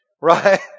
Right